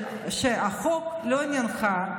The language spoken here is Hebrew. החוק "זה לא עניינך.